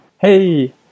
Hey